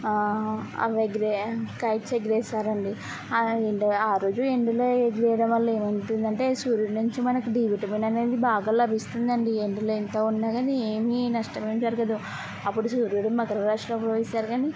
వేగరే kites ఎగరేస్తారు అండి ఏంటి ఆ రోజు ఎండలో ఎగరేయడం వల్ల ఏమవుతుంది అంటే సూర్యుడు నుంచి మనకి డీ విటమిన్ అనేది బాగా లభిస్తుంది అండి ఎండలో ఎంత ఉన్నా కానీ ఏమీ నష్టమేం జరగదు అప్పుడు సూర్యుడు మకరరాశిలో ప్రవేశిస్తారు కాని